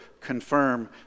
confirm